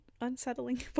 unsettling